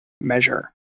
measure